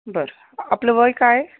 बरं आपलं वय काय